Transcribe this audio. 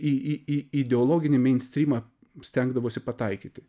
į į į ideologinį meinstrymą stengdavosi pataikyti